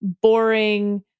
boring